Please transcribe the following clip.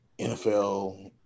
NFL